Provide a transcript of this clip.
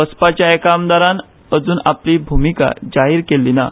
बसपाच्या एका आमदारान अजून आपली भुमिका जाहीर केल्ली ना